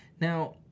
now